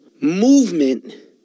movement